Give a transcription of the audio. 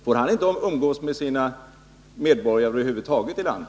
Får han över huvud taget umgås med medborgarna i landet?